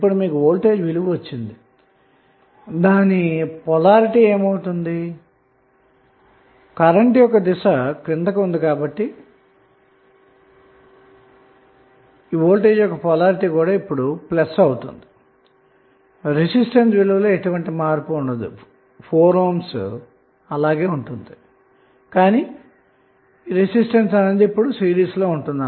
ఇప్పుడు వోల్టేజ్ విలువ లభించింది గనక దాని ధ్రువణత ఏమవుతుంది కరెంట్ దిశ క్రిందికి ఉంది కాబట్టి వోల్టేజ్ ధ్రువణత కూడా ప్లస్ అవుతుంది రెసిస్టన్స్ 4 ohms విలువలో ఏమి మార్పు ఉండదు కానీ ఇప్పుడు సిరీస్లో ఉంటుంది